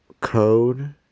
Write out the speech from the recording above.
code